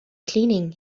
cleaning